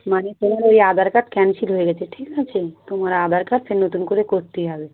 মানে তোমার ওই আধার কার্ড ক্যান্সেল হয়ে গেছে ঠিক আছে তোমার আধার কার্ড ফের নতুন করে করতে হবে